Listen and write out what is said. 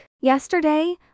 Yesterday